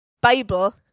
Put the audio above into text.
Bible